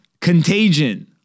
contagion